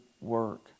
work